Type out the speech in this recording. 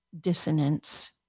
dissonance